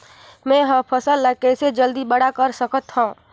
मैं ह फल ला कइसे जल्दी बड़ा कर सकत हव?